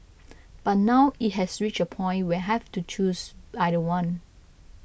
but now it has reached a point where I have to choose either one